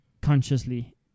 consciously